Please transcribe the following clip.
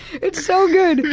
it's so good.